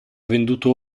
venduto